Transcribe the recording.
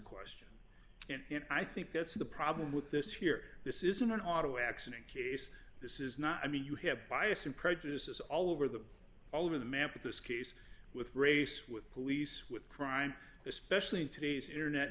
question and i think that's the problem with this here this isn't an auto accident case this is not i mean you have bias and prejudice is all over them all over the map with this case with race with police with crime especially in today's internet